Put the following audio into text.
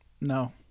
No